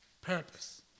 purpose